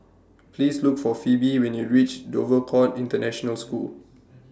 Please Look For Phebe when YOU REACH Dover Court International School